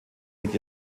mit